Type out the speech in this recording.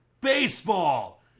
baseball